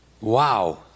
Wow